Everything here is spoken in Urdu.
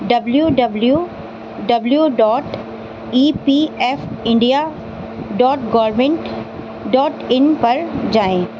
W W W dot E P F India dot government dot in پر جائیں